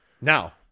Now